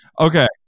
Okay